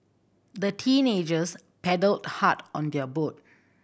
the teenagers paddled hard on their boat